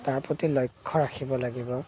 তাৰ প্ৰতি লক্ষ্য ৰাখিব লাগিব